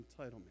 entitlement